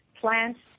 plants